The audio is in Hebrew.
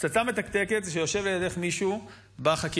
פצצה מתקתקת זה שיושב לידך מישהו בחקירות